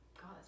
God